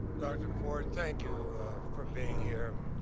dr. ford, thank you for being here.